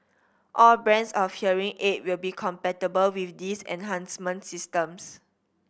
all brands of hearing aid will be compatible with these enhancement systems